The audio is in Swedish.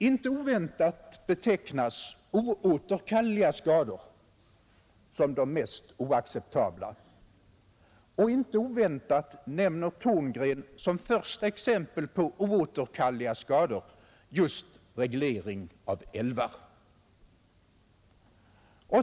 Inte oväntat betecknas oåterkalleliga skador som de mest oacceptabla och inte oväntat nämner Thorngren som första exempel på oåterkalleliga skador just reglering av älvar.